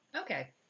Okay